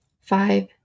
five